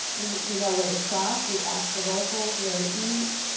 we we know where to shop, we ask the locals where to eat.